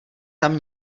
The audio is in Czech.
tam